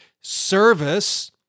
service